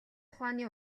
ухааны